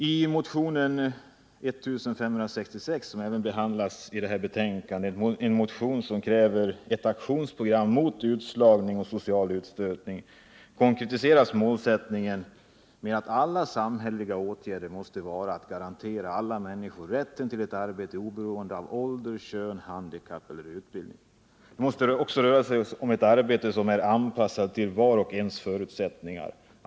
I motionen 1566, som behandlas i detta betänkande och vari krävs ett aktionsprogram mot utslagning och social utstötning, konkretiseras målsättningen att alla samhälleliga åtgärder måste inriktas på att garantera alla människor rätt till arbete oberoende av ålder, kön, handikapp eller utbildning. Det måste röra sig om ett arbete, som är anpassat till vars och ens förutsättningar.